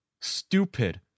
stupid